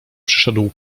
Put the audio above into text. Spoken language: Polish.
przyszedł